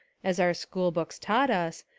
as our school books taught us,